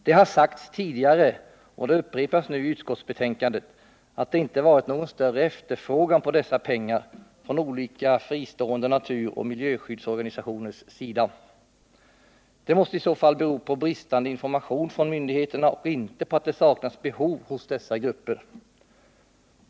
Det har sagts tidigare, och det upprepas nu i utskottsbetänkandet, att det inte varit någon större efterfrågan på dessa pengar från olika fristående naturoch miljöskyddsorganisationers sida. Det måste i så fall bero på bristande information från myndigheterna och inte på att det saknas behov hos dessa grupper.